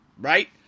right